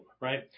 Right